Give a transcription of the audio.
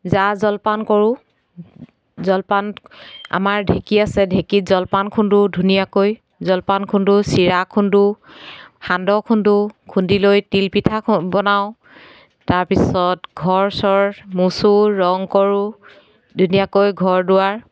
জা জলপান কৰোঁ জলপান আমাৰ ঢেঁকী আছে ঢেঁকীত জলপান খুন্দো ধুনীয়াকৈ জল্পান খুন্দো চিৰা খুন্দো সান্দহ খুন্দো খুন্দি লৈ তিলপিঠা খ বনাওঁ তাৰপিছত ঘৰ চৰ মচো ৰং কৰোঁ ধুনীয়াকৈ ঘৰ দুৱাৰ